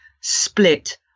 split